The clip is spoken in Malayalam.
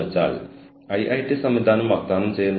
അതിനാൽ അതിനെ നവീകരണ തന്ത്രമായി കാണാം